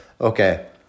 Okay